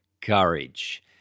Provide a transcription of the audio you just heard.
courage